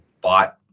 bought